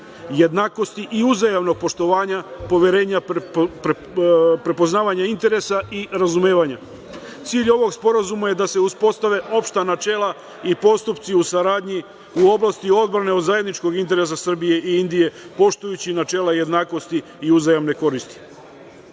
jednakosti i uzajamnog poštovanja, poverenja, prepoznavanje interesa i razumevanja. Cilj ovog sporazuma je da se uspostave opšta načela i postupci u saradnji u oblasti odbrane od zajedničkog interesa Srbije i Indije, poštujući načela jednakosti i uzajamne koristi.